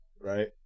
right